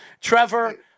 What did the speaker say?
Trevor